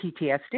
PTSD